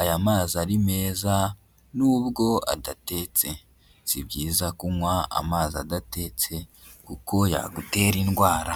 aya mazi ari meza nubwo adatetse, si byiza kunywa amazi adatetse kuko yagutera indwara.